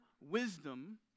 wisdom